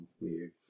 weird